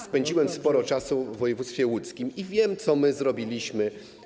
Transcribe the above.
Spędziłem sporo czasu w województwie łódzkim i wiem, co zrobiliśmy.